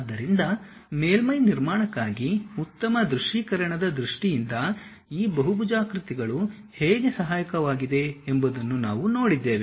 ಆದ್ದರಿಂದ ಮೇಲ್ಮೈ ನಿರ್ಮಾಣಕ್ಕಾಗಿ ಉತ್ತಮ ದೃಶ್ಯೀಕರಣದ ದೃಷ್ಟಿಯಿಂದ ಈ ಬಹುಭುಜಾಕೃತಿಗಳು ಹೇಗೆ ಸಹಾಯಕವಾಗಿವೆ ಎಂಬುದನ್ನು ನಾವು ನೋಡಿದ್ದೇವೆ